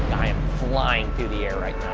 i am flying through the air right